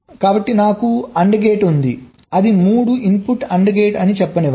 కాబట్టి నాకు AND gate ఉంటే అది 3 ఇన్పుట్ AND గేట్ అని చెప్పనివ్వండి